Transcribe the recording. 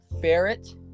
ferret